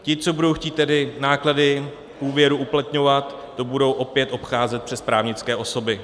Ti, co budou chtít náklady úvěru uplatňovat, to budou opět obcházet přes právnické osoby.